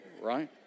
right